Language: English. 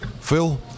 phil